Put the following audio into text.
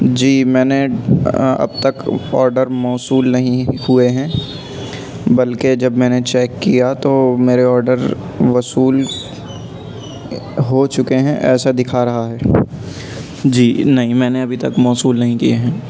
جی میں نے اب تک آڈر موصول نہیں ہوئے ہیں بلکہ جب میں نے چیک کیا تو میرے آڈر موصول ہو چکے ہیں ایسا دکھا رہا ہے جی نہیں میں نے ابھی تک موصول نہیں کیے ہیں